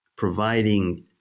providing